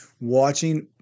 watching